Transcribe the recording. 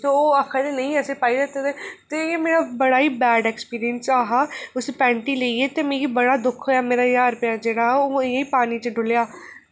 तो ओह् आखन नेईं असें पाई दित्ते दे न ते एह् मेरा बड़ा ई बैड़ एक्सपीरियंस हा उसी पैंट ई लेइयै ते मिगी बड़ा दुख होएआ कि मेरा ज्हार रपेआ जेह्ड़ा ओह् इ'यां पानी च डुह्ल्लेआ